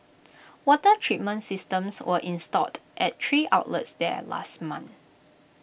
water treatment systems were installed at three outlets there last month